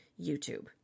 YouTube